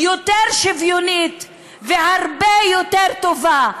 יותר שוויוניות והרבה יותר טובה.